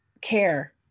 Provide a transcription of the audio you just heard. care